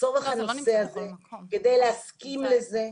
לצורך הנושא הזה, כדי להסכים לזה,